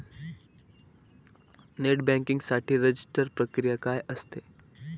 Net banking साठी register प्रक्रिया काय असते?